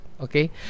okay